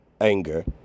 anger